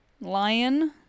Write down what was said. Lion